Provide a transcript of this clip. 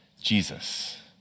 Jesus